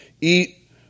eat